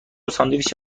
ساندویچ